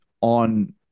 on